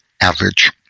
average